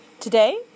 Today